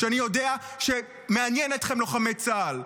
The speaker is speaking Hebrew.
אני יודע שמעניינים אתכם לוחמי צה"ל,